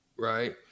right